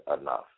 enough